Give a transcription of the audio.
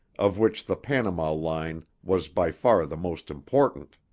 of which the panama line was by far the most important.